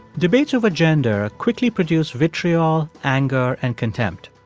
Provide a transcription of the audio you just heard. debates over gender quickly produce vitriol, anger and contempt.